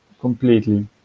completely